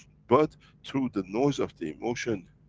but through the noise of the emotion,